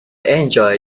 enjoy